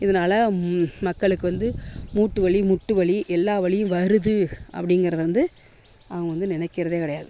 இதனால் மக்களுக்கு வந்து மூட்டு வலி முட்டு வலி எல்லா வலியும் வருது அப்படிங்கிறதை வந்து அவங்க வந்து நினைக்கிறதே கிடையாது